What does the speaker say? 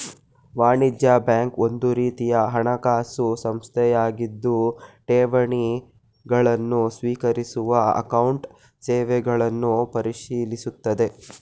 ವಾಣಿಜ್ಯ ಬ್ಯಾಂಕ್ ಒಂದುರೀತಿಯ ಹಣಕಾಸು ಸಂಸ್ಥೆಯಾಗಿದ್ದು ಠೇವಣಿ ಗಳನ್ನು ಸ್ವೀಕರಿಸುವ ಅಕೌಂಟ್ ಸೇವೆಗಳನ್ನು ಪರಿಶೀಲಿಸುತ್ತದೆ